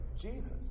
Jesus